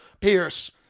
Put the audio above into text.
Pierce